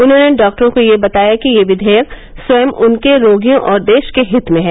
उन्होंने डॉक्टरों को यह बताया कि यह विधेयक स्वयं उनके रोगियों और देश के हित में है